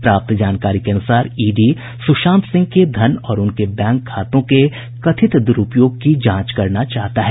प्राप्त जानकारी के अनुसार ईडी सुशांत सिंह के धन और उनके बैंक खातों के कथित दुरूपयोग की जांच करना चाहता है